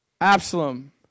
Absalom